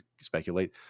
speculate